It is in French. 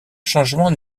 changement